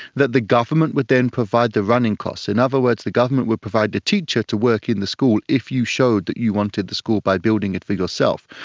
that the government would then provide the running costs. in other words, the government would provide the teacher to work in the school if you showed that you wanted the school by building it for yourself.